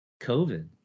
COVID